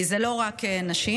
כי אלה לא רק נשים,